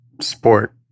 sport